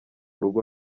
rugo